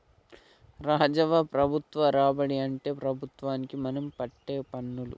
రాజవ్వ ప్రభుత్వ రాబడి అంటే ప్రభుత్వానికి మనం కట్టే పన్నులు